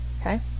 Okay